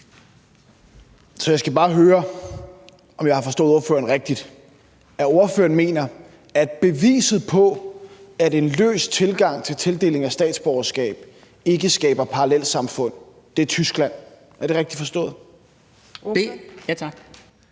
Jeg skal bare høre, om jeg har forstået ordføreren rigtigt. Ordføreren mener, at beviset på, at en løs tilgang til tildeling af statsborgerskab ikke skaber parallelsamfund, er Tyskland – er det rigtigt forstået? Kl.